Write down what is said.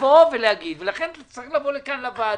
לכן אתה צריך לבוא לכאן לוועדה,